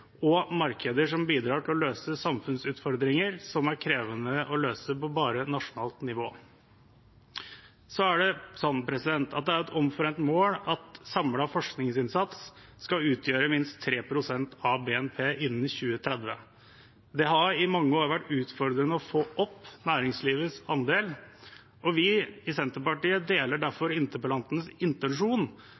og markeder som bidrar til å løse samfunnsutfordringer som er krevende å løse på bare nasjonalt nivå. Det er et omforent mål at samlet forskningsinnsats skal utgjøre minst 3 pst. av BNP innen 2030. Det har i mange år vært utfordrende å få opp næringslivets andel, og vi i Senterpartiet deler derfor interpellantens intensjon